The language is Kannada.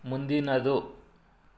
ಮುಂದಿನದು